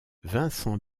vincent